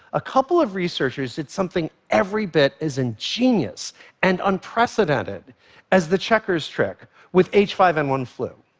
a couple of researchers did something every bit as ingenious and unprecedented as the checkers trick with h five n one flu.